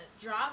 drop